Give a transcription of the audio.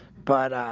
but